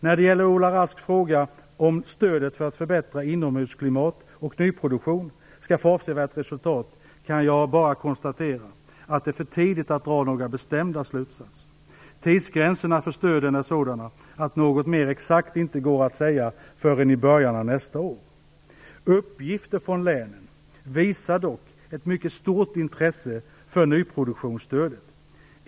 När det gäller Ola Rasks fråga om när stödet för förbättrat inomhusklimat och nyproduktion skall få avsett resultat, kan jag bara konstatera att det är för tidigt att dra några bestämda slutsatser. Tidsgränserna för stöden är sådana att något mer exakt inte går att säga förrän i början av nästa år. Uppgifter från länen visar dock på ett mycket stort intresse för nyproduktionsstödet.